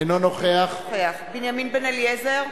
אינו נוכח בנימין בן-אליעזר,